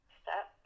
step